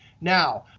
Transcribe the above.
now,